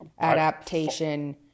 adaptation